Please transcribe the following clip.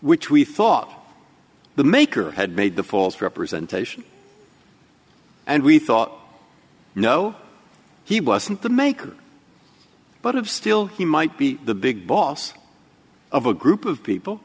which we thought the maker had made the false representation and we thought no he wasn't the maker but of still he might be the big boss of a group of people